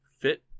fit